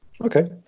Okay